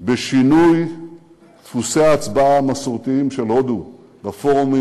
בשינוי דפוסי ההצבעה המסורתיים של הודו בפורומים